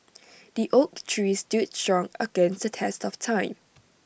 the oak tree stood strong against the test of time